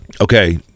Okay